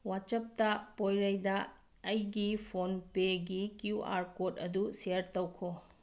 ꯋꯥꯆꯞꯇ ꯄꯣꯏꯔꯩꯗ ꯑꯩꯒꯤ ꯐꯣꯟ ꯄꯦꯒꯤ ꯀ꯭ꯌꯨ ꯑꯥꯔ ꯀꯣꯗ ꯑꯗꯨ ꯁꯤꯌꯥꯔ ꯇꯧꯈꯣ